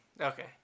Okay